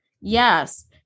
Yes